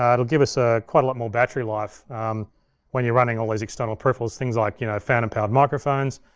um it'll give us ah quite a lot more battery life when you're running all these external peripherals, things like you know phantom powered microphones.